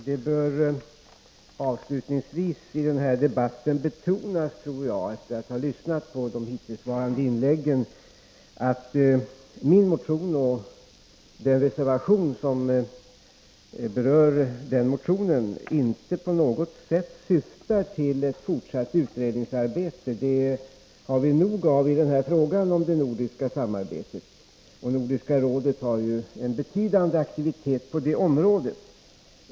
Herr talman! Efter att ha lyssnat på de hittillsvarande inläggen tror jag att det i denna debatt avslutningsvis bör betonas att vår motion och den reservation som berör den motionen inte på något sätt syftar till ett fortsatt utredningsarbete. Sådant har vi nog av i det nordiska samarbetet. Nordiska rådet har en betydande aktivitet på det området.